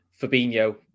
Fabinho